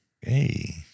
hey